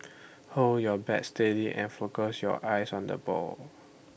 hold your bat steady and focus your eyes on the ball